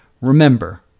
remember